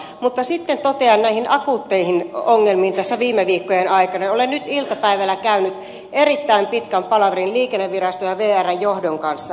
mutta sitten totean näihin akuutteihin ongelmiin viime viikkojen aikana että olen nyt iltapäivällä käynyt erittäin pitkän palaverin liikenneviraston ja vrn johdon kanssa